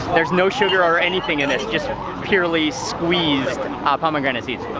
there's no sugar or anything in it. just purely squeezed and ah pomegranate seeds.